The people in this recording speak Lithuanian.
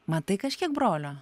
matai kažkiek brolio